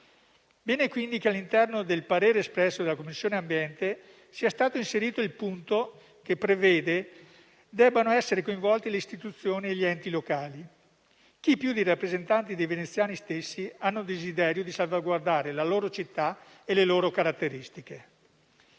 bene, quindi, che all'interno del parere espresso dalla Commissione ambiente sia stato inserito il punto che prevede che debbano essere coinvolte le istituzioni e gli enti locali. Chi più dei rappresentanti dei veneziani stessi ha desiderio di salvaguardare la loro città e le sue caratteristiche?